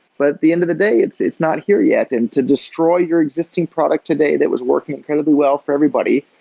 but at the end of the day, it's it's not here yet. and to destroy your existing product today that was working incredibly well for everybody,